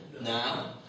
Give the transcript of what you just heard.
now